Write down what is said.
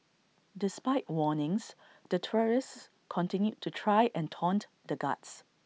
despite warnings the tourists continued to try and taunt the guards